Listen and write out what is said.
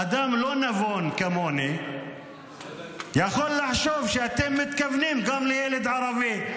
אדם לא נבון כמוני יכול לחשוב שאתם מתכוונים גם לילד ערבי,